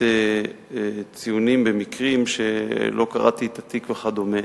ציונים במקרים שלא קראתי את התיק וכדומה.